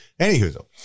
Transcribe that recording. Anywho